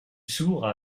sourd